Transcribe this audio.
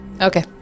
Okay